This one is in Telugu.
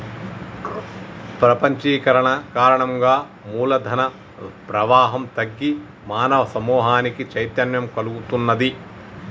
ప్రపంచీకరణ కారణంగా మూల ధన ప్రవాహం తగ్గి మానవ సమూహానికి చైతన్యం కల్గుతున్నాది